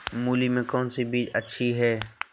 मूली में कौन सी बीज अच्छी है?